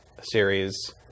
series